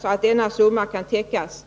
så att denna summa kan täckas.